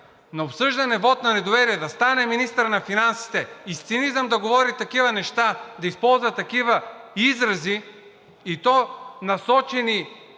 на обсъждане вот на недоверие, да стане министърът на финансите и с цинизъм да говори такива неща, да използва такива изрази, и то насочени